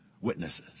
witnesses